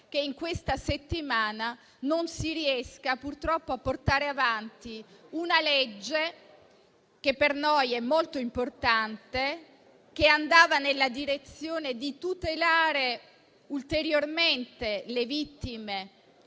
che in questa settimana non si riesca, purtroppo, a portare avanti un testo legislativo per noi molto importante, che andava nella direzione di tutelare ulteriormente le vittime